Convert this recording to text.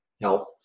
health